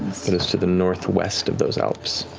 but it's to the northwest of those alps.